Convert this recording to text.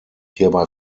hierbei